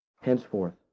Henceforth